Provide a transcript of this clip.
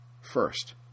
first